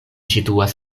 situas